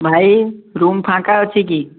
ଭାଇ ରୁମ୍ ଫାଙ୍କା ଅଛି କି